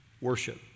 Worship